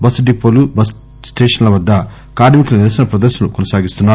bus డిపోలు bus స్టేషన్ల వద్ద కార్మికులు నిరసన ప్రదర్సనలు కొనసాగిస్తున్నారు